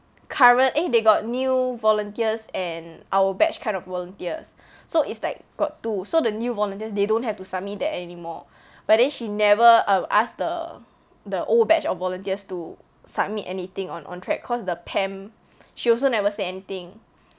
current eh they got new volunteers and our batch kind of volunteers so it's like got two so the new volunteers they don't have to submit that anymore but then she never um ask the the old batch of volunteers to submit anything on ontrac cause the pam she also never say anything